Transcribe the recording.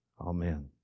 Amen